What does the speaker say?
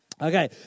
Okay